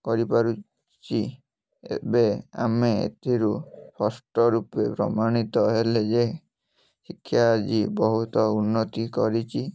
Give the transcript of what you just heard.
କରିପାରୁଛି ଏବେ ଆମେ ଏଥିରୁ ସ୍ପଷ୍ଟ ରୂପେ ପ୍ରମାଣିତ ହେଲେ ଯେ ଶିକ୍ଷା ଆଜି ବହୁତ ଉନ୍ନତି କରିଛି